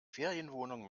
ferienwohnung